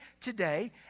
today